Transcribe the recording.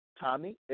Tommy